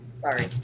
sorry